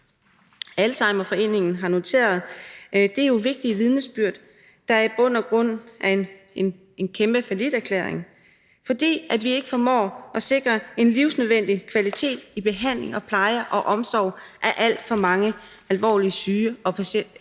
Alzheimerforeningen har noteret, er jo vigtige vidnesbyrd, der i bund og grund er en kæmpe falliterklæring, fordi vi ikke formår at sikre en livsnødvendig kvalitet i behandling og pleje og omsorg af alt for mange alvorligt syge patienter